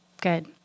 good